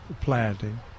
planting